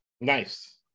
Nice